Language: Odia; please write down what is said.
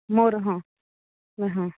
ମୋର ହଁ ହଁ